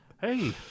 Hey